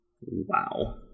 Wow